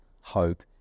hope